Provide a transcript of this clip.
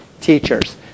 teachers